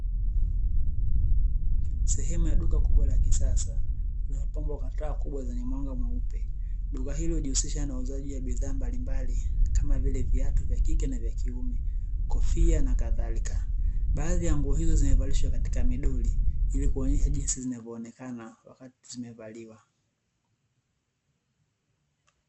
Sehemu ya duka kubwa la kisasa, lililopangwa kwa taa kubwa zenye mwanga mweupe, duka hili hujihusisha na wauzaji wa bidhaa mbalimbali kama vile viatu vya kike na vya kiume, kofia na kadhalika baadhi ya nguo hizo zimevalishwa katika midoli, ili kuonyesha jinsi zinavyoonekana wakati zimevaliwa.